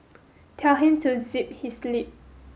tell him to zip his lip